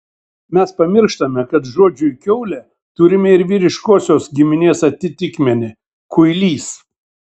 mes pamirštame kad žodžiui kiaulė turime ir vyriškosios giminės atitikmenį kuilys